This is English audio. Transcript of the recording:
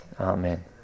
Amen